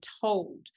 told